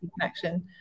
connection